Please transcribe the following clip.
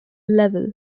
level